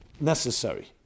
necessary